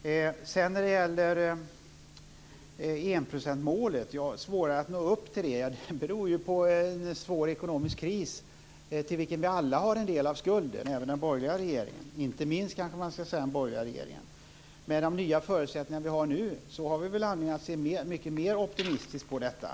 Att det är svårare att nå upp till enprocentsmålet beror ju på en svår ekonomisk kris till vilken vi alla har del av skulden, inte minst den borgerliga regeringen. Med de nya förutsättningar som vi har nu finns det anledning att se mycket mer optimistiskt på detta.